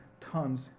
tons